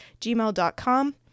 gmail.com